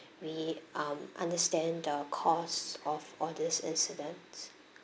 we um understand the cost of all these incidents